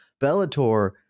Bellator